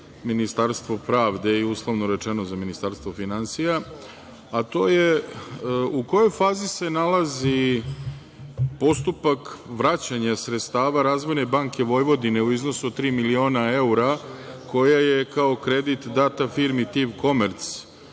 Ministarstvo pravde i uslovno rečeno za Ministarstvo finansija, a to je – u kojoj fazi se nalazi postupak vraćanja sredstava Razvojne banke Vojvodine u iznosu od tri miliona evra, koja su kao kredit data firmi „TIV Komerc“,